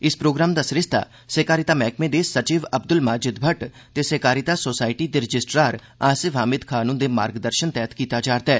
इस प्रोग्राम दा सरिस्ता सैहकारिता मैहकमे दे सचिव अब्द्ल माजिद भट्ट ते सैहकारिता सोसायटी दे रजिस्ट्रार आसिफ हामिद खान हंदे मार्गदर्शन तैहत कीता जा'रदा ऐ